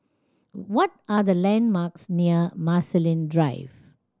what are the landmarks near Marsiling Drive